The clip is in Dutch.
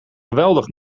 geweldig